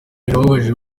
birababaje